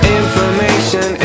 information